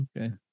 Okay